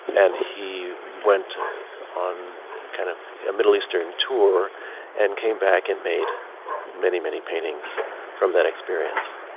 and he went on kind of a middle eastern tour and came back and made many many paintings from that experience.